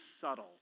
subtle